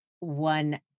One